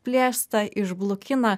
plėsta išblukina